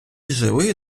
жили